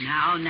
Now